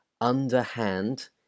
underhand